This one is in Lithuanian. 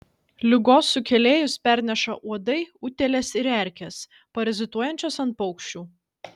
ligos sukėlėjus perneša uodai utėlės ir erkės parazituojančios ant paukščių